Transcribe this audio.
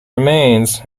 remains